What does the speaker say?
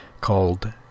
called